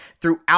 throughout